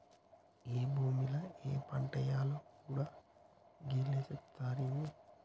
ఏ భూమిల ఏ పంటేయాల్నో గూడా గీళ్లే సెబుతరా ఏంది?